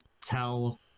tell